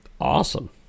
Awesome